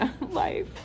life